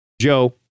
Joe